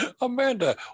Amanda